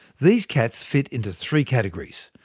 these cats fit into three categories.